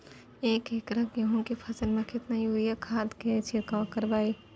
एक एकर गेहूँ के फसल में केतना यूरिया खाद के छिरकाव करबैई?